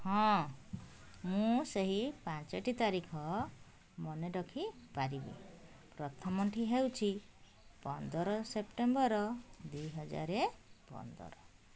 ହଁ ମୁଁ ସେହି ପାଞ୍ଚଟି ତାରିଖ ମନେରଖିପାରିବି ପ୍ରଥମଟି ହେଉଛି ପନ୍ଦର ସେପ୍ଟେମ୍ବର ଦୁଇ ହଜାର ପନ୍ଦର